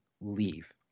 leave